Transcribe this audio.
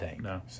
No